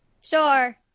Sure